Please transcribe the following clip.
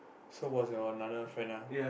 so was your another friend ah